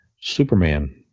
superman